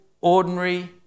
ordinary